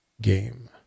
game